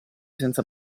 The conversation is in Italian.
senza